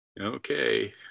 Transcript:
Okay